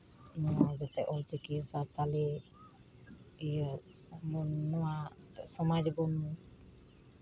ᱱᱚᱣᱟ ᱡᱟᱛᱮ ᱚᱞᱪᱤᱠᱤ ᱥᱟᱱᱛᱟᱲᱤ ᱤᱭᱟᱹ ᱱᱚᱣᱟ ᱥᱚᱢᱟᱡᱽ ᱨᱮᱵᱚᱱ